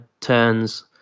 turns